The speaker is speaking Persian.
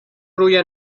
روی